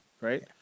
right